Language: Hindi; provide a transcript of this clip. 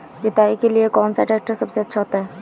जुताई के लिए कौन सा ट्रैक्टर सबसे अच्छा होता है?